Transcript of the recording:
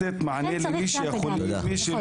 אבל צריך לתת מענה לאלו שחונים במקום